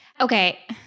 Okay